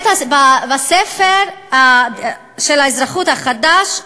בספר האזרחות החדש,